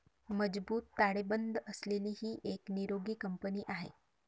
मजबूत ताळेबंद असलेली ही एक निरोगी कंपनी आहे